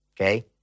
okay